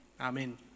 Amen